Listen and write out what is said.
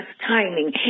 timing